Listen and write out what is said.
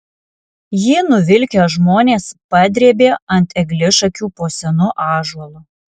jį nuvilkę žmonės padrėbė ant eglišakių po senu ąžuolu